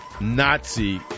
Nazi